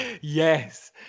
Yes